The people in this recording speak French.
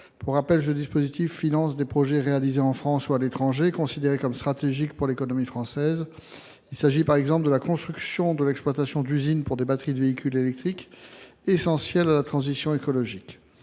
Pour rappel, ce dispositif finance des projets réalisés en France ou à l’étranger et considérés comme stratégiques pour l’économie française. Il peut s’agir, par exemple, de la construction et de l’exploitation d’usines de batteries de véhicules électriques, essentielles à la transition écologique.